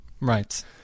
Right